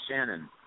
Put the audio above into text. Shannon